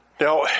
Now